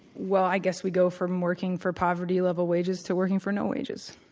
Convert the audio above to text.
well, i guess we go from working for poverty level wages to working for no wages.